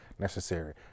necessary